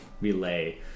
relay